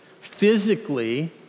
physically